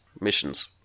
missions